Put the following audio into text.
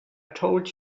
told